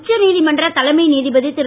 உச்ச நீதிமன்ற தலைமை நீதிபதி திரு